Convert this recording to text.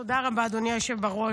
תודה רבה, אדוני היושב-ראש.